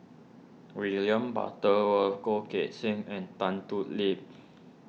William Butterworth Goh Teck Sian and Tan Thoon Lip